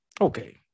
Okay